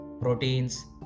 proteins